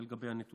זה לגבי הנתונים.